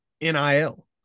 NIL